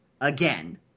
Again